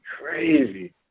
crazy